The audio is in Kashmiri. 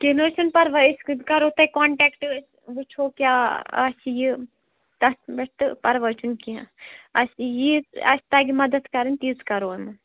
کیٚنٛہہ نہٕ حظ چھُنہٕ پرواے أسۍ کَرو تۄہہِ کونٹیکٹ أسۍ وٕچھو کیٛاہ آسہِ یہِ تَتھ پٮ۪ٹھ تہٕ پرواے چھُنہٕ کیٚنٛہہ اَسہِ یی اَسہِ تَگہِ مدَتھ کَرٕنۍ تیٖژ کرو